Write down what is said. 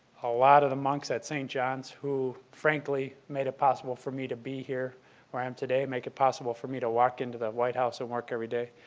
a lot of the monks at st. johns who frankly made it possible for me to be here um today, make it possible for me to walk into the white house and work every day.